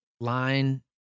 line